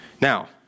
Now